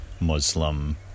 Muslim